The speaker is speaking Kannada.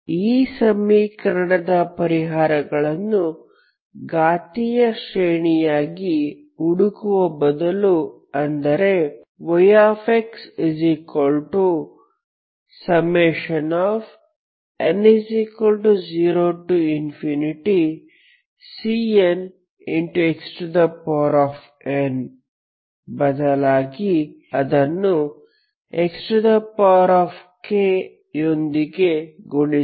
ಈ ಸಮೀಕರಣದ ಪರಿಹಾರಗಳನ್ನು ಘಾತೀಯ ಶ್ರೇಣಿಯಾಗಿ ಹುಡುಕುವ ಬದಲು ಅಂದರೆ yxn0Cnxn ಬದಲಾಗಿ ಅದನ್ನು xk ಯೊಂದಿಗೆ ಗುಣಿಸಿ